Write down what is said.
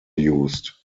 used